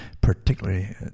particularly